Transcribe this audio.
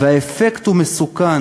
והאפקט הוא מסוכן,